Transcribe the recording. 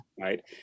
right